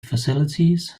facilities